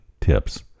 tips